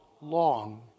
long